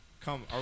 come